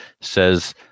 says